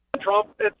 Trump